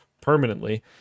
permanently